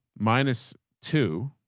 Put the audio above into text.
minus two.